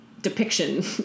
depiction